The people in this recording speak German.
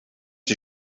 die